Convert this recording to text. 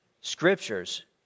Scriptures